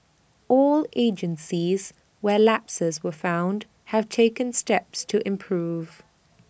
all agencies where lapses were found have taken steps to improve